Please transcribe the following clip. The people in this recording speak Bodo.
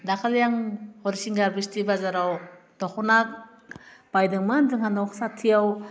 दाखालि आं हरसिंगा बिस्थि बाजाराव दख'ना बायदोंमोन जोंहा न' साथियाव